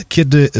Kiedy